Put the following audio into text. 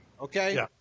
Okay